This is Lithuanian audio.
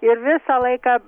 ir visą laiką